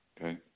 Okay